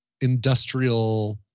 industrial